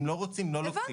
אם לא רוצים לא לוקחים.